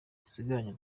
dusigaranye